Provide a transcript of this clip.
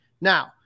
Now